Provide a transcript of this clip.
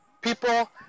people